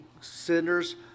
centers